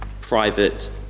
Private